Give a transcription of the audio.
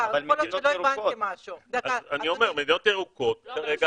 יכול להיות שלא הבנתי משהו -- אז אני אומר שלגבי מדינות ירוקות כרגע